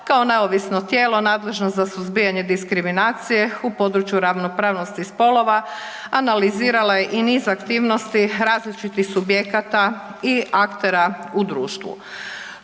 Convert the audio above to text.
kao neovisno tijelo nadležno za suzbijanje diskriminacije u području ravnopravnosti spolova analizirala je i niz aktivnosti različitih subjekata i aktera u društvu.